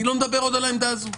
אני לא מדבר עוד על העמדה הזאת.